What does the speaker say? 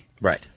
Right